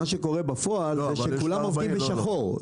מה שקורה בפועל, זה שכולן עובדות בשחור.